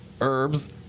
herbs